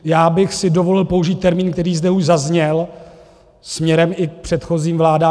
Já bych si dovolil použít termín, který zde už zazněl směrem i k předchozím vládám.